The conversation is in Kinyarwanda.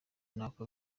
ntako